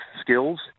skills